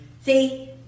See